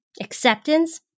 acceptance